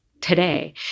today